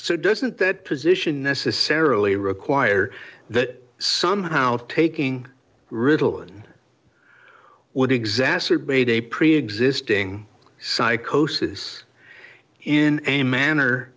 so doesn't that position necessarily require that somehow taking ritalin what exacerbate a preexisting psychosis in a manner